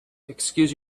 excuse